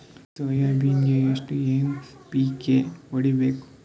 Soya ಬೆಳಿಗಿ ಎಷ್ಟು NPK ಹೊಡಿಬೇಕು?